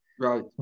Right